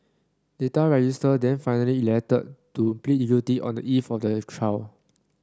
Data Register then finally elected to plead guilty on the eve of the trial